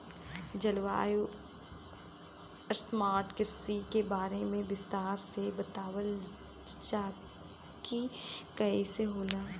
जलवायु स्मार्ट कृषि के बारे में विस्तार से बतावल जाकि कइसे होला?